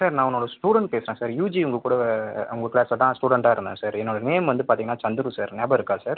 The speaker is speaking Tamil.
சார் நான் உன்னோடய ஸ்டூடண்ட் பேசுகிறேன் சார் யூஜி உங்கள் கூட உங்கள் கிளாஸில் தான் ஸ்டூடண்ட்டாக இருந்தேன் சார் என்னோடய நேம் வந்து பார்த்திங்கனா சந்துரு சார் நியாபகம் இருக்கா சார்